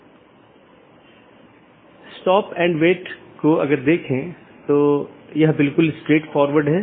BGP सत्र की एक अवधारणा है कि एक TCP सत्र जो 2 BGP पड़ोसियों को जोड़ता है